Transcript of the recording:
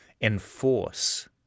enforce